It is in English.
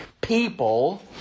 people